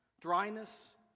dryness